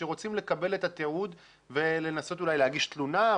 שרוצים לקבל את התיעוד ולנסות אולי להגיש תלונה,